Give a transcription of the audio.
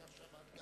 תודה שעמדת